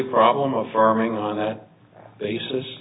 problem affirming on that basis